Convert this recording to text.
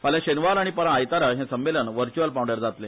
फाल्या शेनवार आनी परा आयतारा हे संमेलन व्हर्च्युअल पावण्यार जातले